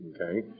okay